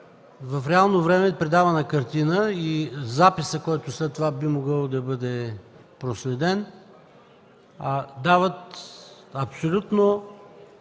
В реално време предаване на картина и записът, който след това би могъл да бъде проследен, дават абсолютно